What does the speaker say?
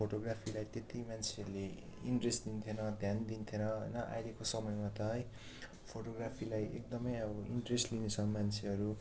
फोटोग्राफीलाई त्यति मान्छेहरूले इन्ट्रेस्ट दिन्थेन ध्यान दिन्थेन होइन अहिलेको समयमा त है फोटोग्राफीलाई एकदमै अब इन्ट्रेस्ट लिदैँछ मान्छेहरू